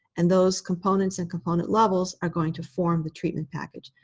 and those components and component levels are going to form the treatment package.